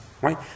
right